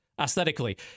aesthetically